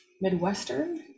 Midwestern